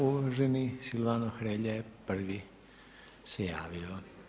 Uvaženi Silvano Hrelja je prvi se javio.